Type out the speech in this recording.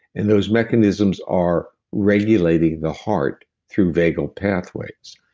and those mechanisms are regulating the heart through vagal pathways.